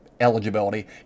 eligibility